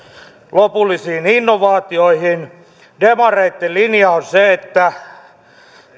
lopullisiin innovaatioihin demareitten linja on se että